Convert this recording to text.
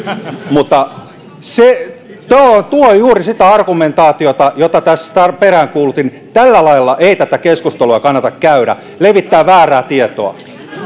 mutta tuo tuo on juuri sitä argumentaatiota jota peräänkuulutin tällä lailla ei tätä keskustelua kannata käydä levittää väärää tietoa